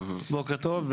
בוקר טוב.